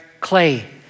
clay